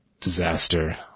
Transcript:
disaster